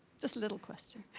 just a little question.